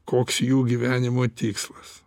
koks jų gyvenimo tikslas